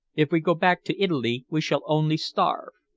if we go back to italy we shall only starve.